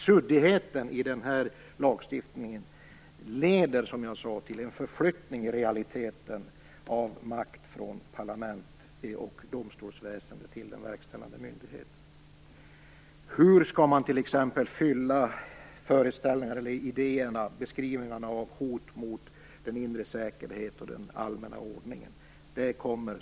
Suddigheten i denna lagstiftning leder i realiteten som jag sade till en förflyttning av makt från parlament och domstolsväsende till den verkställande myndigheten. Hur skall man t.ex. konkretisera beskrivningarna av hot mot den inre säkerheten och den allmänna ordningen?